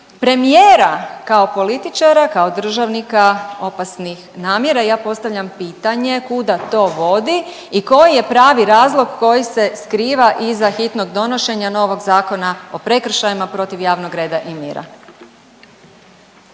premijera kao političara, kao državnika opasnih namjera i ja postavljam pitanje kuda to vodi i koji je pravi razlog koji se skriva iza hitnog donošenja novog Zakona o prekršajima protiv javnog reda i mira?